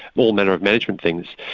all manner of management things.